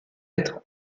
être